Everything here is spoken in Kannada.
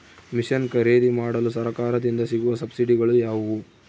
ಮಿಷನ್ ಖರೇದಿಮಾಡಲು ಸರಕಾರದಿಂದ ಸಿಗುವ ಸಬ್ಸಿಡಿಗಳು ಯಾವುವು?